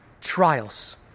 trials